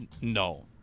No